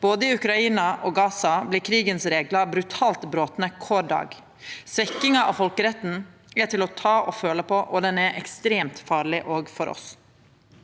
Både i Ukraina og i Gaza blir krigens reglar brutalt brotne kvar dag. Svekkinga av folkeretten er til å ta og føle på og er ekstremt farleg òg for oss.